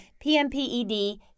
PMPED